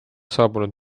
saabunud